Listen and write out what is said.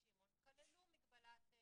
כתוב שם "במגבלות כלכליות".